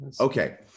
Okay